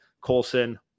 Colson